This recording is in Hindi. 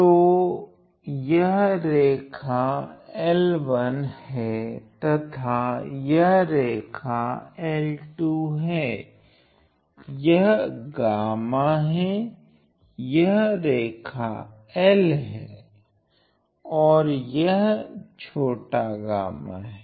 तो यह रेखा L1 हैं तथा यह रेखा L2 हैं यह गामा हैं यह रेखा L हैं और यह छोटा गामा हैं